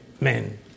men